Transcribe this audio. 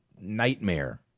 nightmare